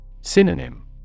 Synonym